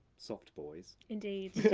soft boys. indeed.